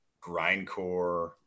grindcore